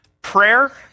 Prayer